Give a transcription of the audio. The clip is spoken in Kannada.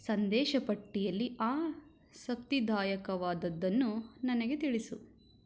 ಸಂದೇಶ ಪಟ್ಟಿಯಲ್ಲಿ ಆಸಕ್ತಿದಾಯಕವಾದದ್ದನ್ನು ನನಗೆ ತಿಳಿಸು